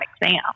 exam